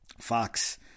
Fox